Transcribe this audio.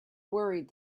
worried